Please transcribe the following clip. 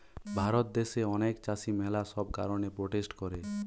ভারত দ্যাশে অনেক চাষী ম্যালা সব কারণে প্রোটেস্ট করে